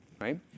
right